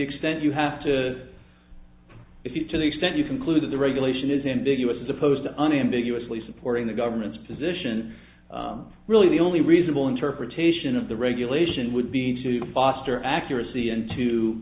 extent you have to if you to the extent you conclude that the regulation is ambiguous as opposed to unambiguous lee supporting the government's position really the only reasonable interpretation of the regulation would be to foster accuracy